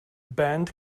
band